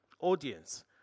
audience